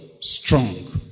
Strong